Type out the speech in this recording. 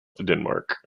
denmark